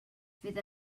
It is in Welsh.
fydd